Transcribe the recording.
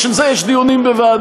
בשביל זה יש דיונים בוועדות.